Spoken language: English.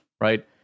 right